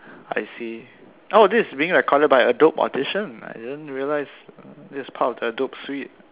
I see oh this is being recorded by Adobe audition I didn't realize this is part of the Adobe Suite